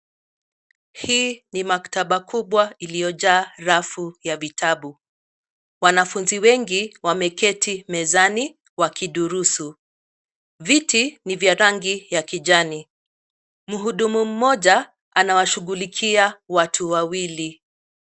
Hii ni maktaba kubwa iliyojaa rafu ya vitabu. Wanafunzi wengi wameketi mezani wakidurusu. Viti ni vya rangi ya kijani. Mhudumu mmoja anawashughulikia watu wawili.